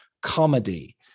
comedy